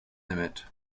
limit